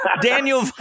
Daniel